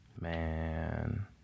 man